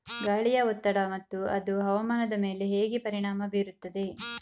ಗಾಳಿಯ ಒತ್ತಡ ಮತ್ತು ಅದು ಹವಾಮಾನದ ಮೇಲೆ ಹೇಗೆ ಪರಿಣಾಮ ಬೀರುತ್ತದೆ?